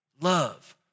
love